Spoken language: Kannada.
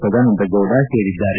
ಸದಾನಂದ ಗೌಡ ಹೇಳಿದ್ದಾರೆ